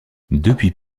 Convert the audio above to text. depuis